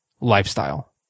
lifestyle